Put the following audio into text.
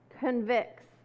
convicts